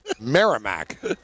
Merrimack